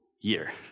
year